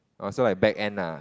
oh so I back end ah